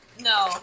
no